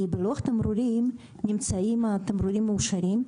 כי בלוח התמרורים נמצאים התמרורים המאושרים,